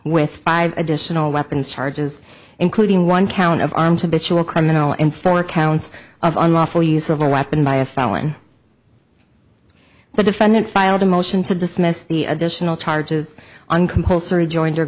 with five additional weapons charges including one count of arms a bitch of a criminal and four counts of unlawful use of a weapon by a felon the defendant filed a motion to dismiss the additional charges on compulsory join